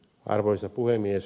arvoisa puhemies